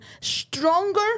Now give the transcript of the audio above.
stronger